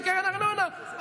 אתם ניסיתם, אבל